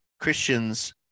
Christians